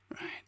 right